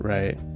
Right